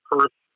Perth